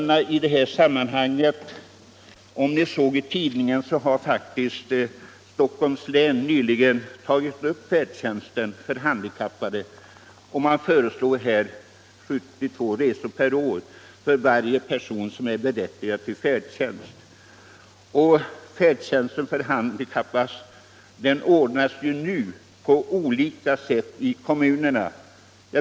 Ni kanske såg i tidningen att Stockholms län nyligen tagit upp frågan om färdtjänst för handikappade. Man föreslår 72 resor per år för varje person som är berättigad till färdtjänst. Färdtjänsten för handikappade ordnas nu på olika sätt i olika kommuner.